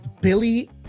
Billy